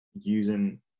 using